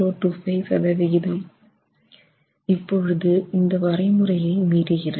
025 சதவிகிதம் இப்பொழுது இந்த வரைமுறையை மீறுகிறது